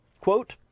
quote